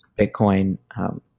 Bitcoin